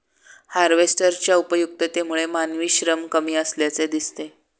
हार्वेस्टरच्या उपयुक्ततेमुळे मानवी श्रम कमी असल्याचे दिसते